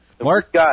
Mark